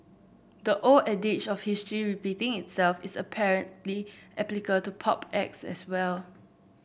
the old adage of history repeating itself is apparently applicable to pop acts as well